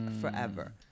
forever